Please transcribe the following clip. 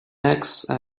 axe